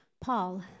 Paul